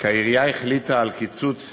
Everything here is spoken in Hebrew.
כי העירייה החליטה על קיצוץ